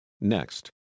Next